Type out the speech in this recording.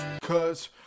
cause